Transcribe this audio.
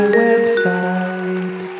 website